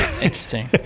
Interesting